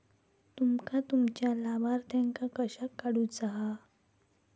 तुमका तुमच्या लाभार्थ्यांका कशाक काढुचा हा?